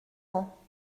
ans